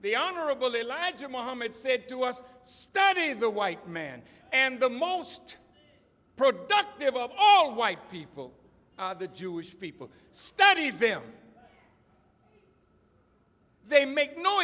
the honorable elijah muhammad said to us study the white man and the most productive up all white people the jewish people study them they make no